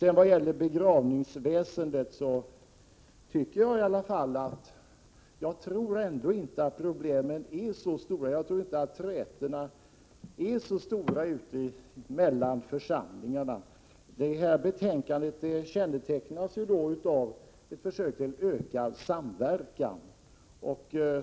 I fråga om begravningsväsendet tror jag ändå inte att problemen är så svåra — att trätorna är så stora mellan församlingarna. Detta betänkande kännetecknas av ett försök till ökad samverkan.